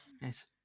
Nice